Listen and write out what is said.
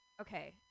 Okay